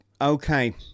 Okay